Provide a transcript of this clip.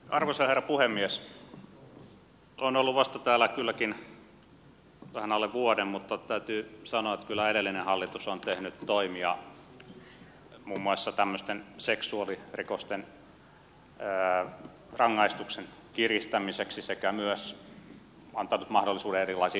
olen kylläkin ollut täällä vasta vähän alle vuoden mutta täytyy sanoa että kyllä edellinen hallitus on tehnyt toimia muun muassa tämmöisten seksuaalirikosten rangaistusten kiristämiseksi sekä myös antanut mahdollisuuden erilaisiin pakkokeinoihin